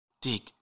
dig